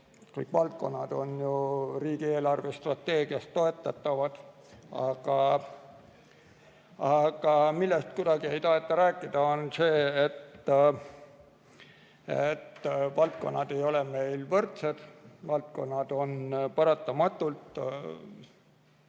Kõik valdkonnad on ju riigi eelarvestrateegiast toetatavad. Aga millest kuidagi ei taheta rääkida, on see, et valdkonnad ei ole meil võrdsed. Valdkonnad on paratamatult